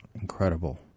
Incredible